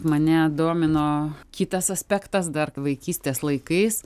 mane domino kitas aspektas dar vaikystės laikais